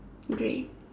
grey